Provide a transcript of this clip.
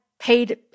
paid